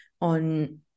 on